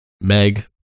Meg